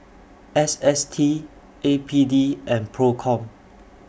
S S T A P D and PROCOM